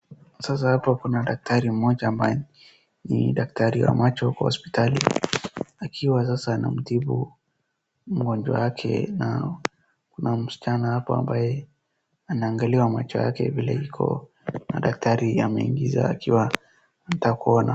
Sasa hapa kuna daktari mmoja ambaye ni daktari wa macho kwa hospitali akiwa sasa anamtibu mgonjwa wake na kuna msichana hapa ambaye anaangaliwa macho yake vile iko na daktari ameingiza akiwa anataka kuona.